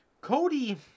Cody